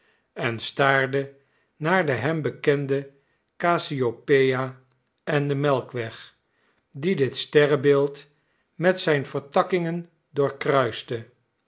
en staarde naar de hem bekende cassiopea en den melkweg die dit sterrebeeld met zijn vertakkingen